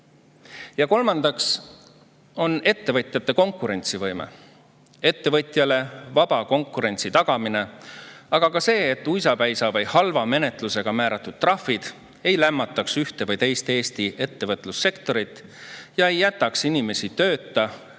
Ja kolmandaks on ettevõtjate konkurentsivõime, ettevõtjale vaba konkurentsi tagamine, sealhulgas see, et uisapäisa või halva menetlusega määratud trahvid ei lämmataks ühte või teist Eesti ettevõtlussektorit ega jätaks inimesi tööta